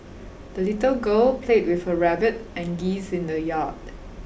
the little girl played with her rabbit and geese in the yard